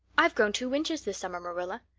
i've grown two inches this summer, marilla.